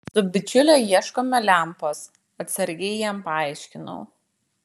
su bičiule ieškome lempos atsargiai jam paaiškinau